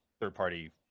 third-party